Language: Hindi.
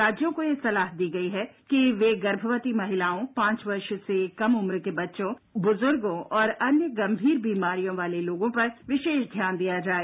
राज्यों को सलाह दी गई कि ये गर्मवती महिलाओं पांच वर्ष से कम उप्त के बच्चों ब्रज़्गों और अन्य गंभीर बीमारियों वाले लोगों पर विशेष ध्यान दिया जाए